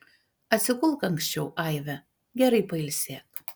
atsigulk anksčiau aive gerai pailsėk